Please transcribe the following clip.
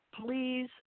please